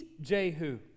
Jehu